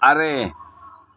ᱟᱨᱮ